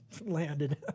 landed